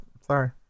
sorry